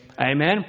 Amen